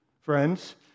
friends